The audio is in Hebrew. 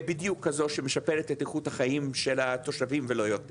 בדיוק כזאת שמשפרת את איכות החיים של התושבים ולא יותר.